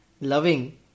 loving